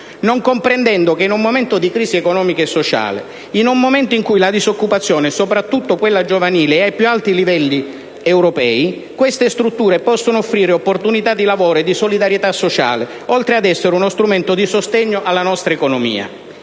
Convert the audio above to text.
non comprendendo che in un momento di crisi economica e sociale, in un momento in cui la disoccupazione, soprattutto quella giovanile, è ai più alti livelli in Europa queste strutture possono offrire opportunità di lavoro e di solidarietà sociale, oltre ad essere uno strumento di sostegno alla nostra economia.